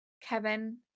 Kevin